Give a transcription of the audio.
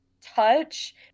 touch